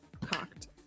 cocked